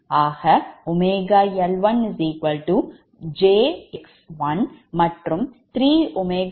ஆக ⍵L1 jX1 மற்றும் 3⍵Ln 3Xn